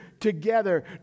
together